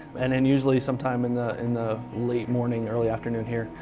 and then usually some time in the and the late morning, early afternoon here.